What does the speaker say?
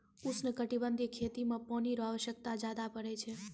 उष्णकटिबंधीय खेती मे पानी रो आवश्यकता ज्यादा पड़ै छै